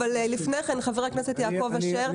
אבל לפני כן חבר הכנסת יעקב אשר.